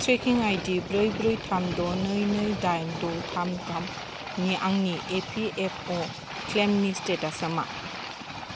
trekking ID ब्रै ब्रै थाम द' नै नै दाइन द' थाम थाम नि आंनि एपिएफअ क्लेइमनि स्टेटासा मा